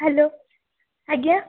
hello ଆଜ୍ଞା